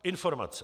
Informace.